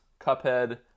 Cuphead